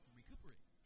recuperate